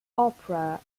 opera